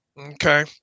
Okay